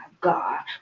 God